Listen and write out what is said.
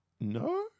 No